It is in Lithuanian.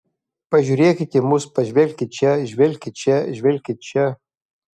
pažiūrėkit į mus pažvelkit čia žvelkit čia žvelkit čia